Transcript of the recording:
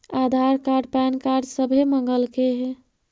आधार card PAN card सभे मगलके हे?